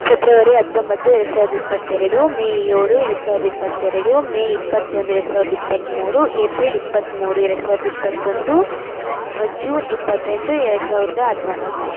February ಹತ್ತೊಂಬತ್ತು ಎರಡು ಸಾವಿರದ ಇಪ್ಪತ್ತೆರಡು ಮೇ ಏಳು ಎರಡು ಸಾವಿರದ ಇಪ್ಪತ್ತೆರಡು ಮೇ ಇಪ್ಪತ್ತೊಂದು ಎರಡು ಸಾವಿರದ ಇಪ್ಪತ್ತ್ಮೂರು ಎಪ್ರಿಲ್ ಇಪ್ಪತ್ತ್ಮೂರು ಎರಡು ಸಾವಿರದ ಇಪ್ಪತ್ತೊಂದು ಜೂನ್ ಇಪ್ಪತ್ತೆಂಟು ಎರಡು ಸಾವಿರದ ಹದಿನಾಲ್ಕು